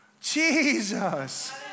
Jesus